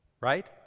right